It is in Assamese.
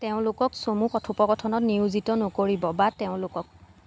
তেওঁলোকক চমু কথোপোকথনত নিয়োজিত নকৰিব বা তেওঁলোকক